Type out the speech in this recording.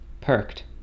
perked